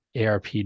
ARP